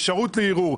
אפשרות לערעור.